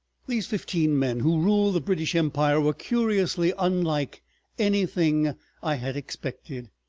these fifteen men who ruled the british empire were curiously unlike anything i had expected,